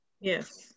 Yes